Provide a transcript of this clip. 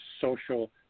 social